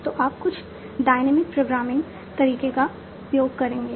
तो आप कुछ डायनेमिक प्रोग्रामिंग तरीके का उपयोग करेंगे